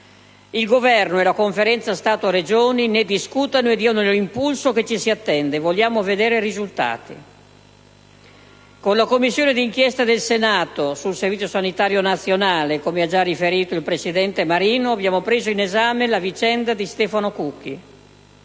Il Governo e la Conferenza Stato-Regioni ne discutano e diano l'impulso che ci si attende: vogliamo vedere risultati. Con la Commissione di inchiesta del Senato sul Servizio sanitario nazionale, come ha già riferito il presidente Marino, abbiamo preso in esame la vicenda di Stefano Cucchi.